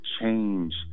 change